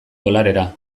dolarera